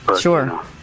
Sure